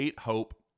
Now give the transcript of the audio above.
Hope